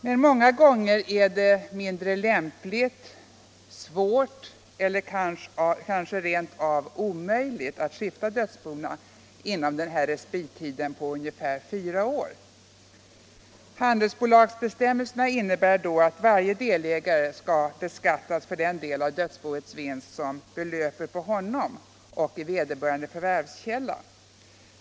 Men många gånger är det mindre lämpligt, svårt eller rent av omöjligt att skifta dödsbona inom denna respittid på ungefär fyra år. Handelsbolagsbestämmelserna innebär då att varje delägare skall beskattas för den del av dödsboets vinst som belöper på honom och i vederbörande förvärvskälla.